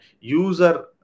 User